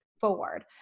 forward